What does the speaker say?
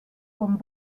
con